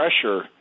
pressure